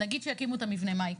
נגיד שיקימו את המבנה אז מה יקרה,